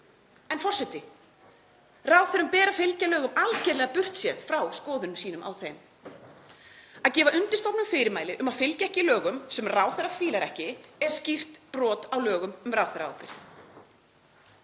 En, forseti, ráðherrum ber að fylgja lögum algjörlega burt séð frá skoðunum sínum á þeim. Það að gefa undirstofnun fyrirmæli um að fylgja ekki lögum sem ráðherra fílar ekki er skýrt brot á lögum um ráðherraábyrgð.